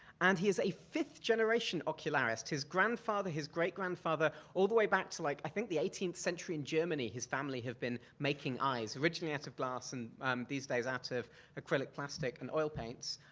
and he is a fifth generation ocularist. his grandfather, his great grandfather, all the way back to like i think the eighteenth century in germany his family have been making eyes, originally out of glass, and these days out of acrylic plastic and oil paints,